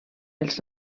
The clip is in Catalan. els